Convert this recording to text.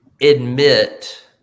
admit